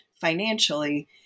financially